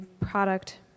product